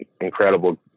incredible